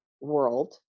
world